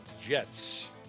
Jets